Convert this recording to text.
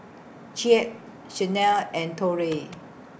Chet Shanell and Torey